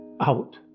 Out